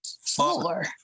Four